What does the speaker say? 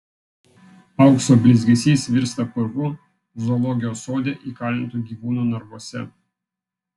aukso blizgesys virsta purvu zoologijos sode įkalintų gyvūnų narvuose